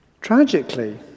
Tragically